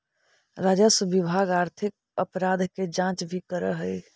राजस्व विभाग आर्थिक अपराध के जांच भी करऽ हई